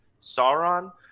Sauron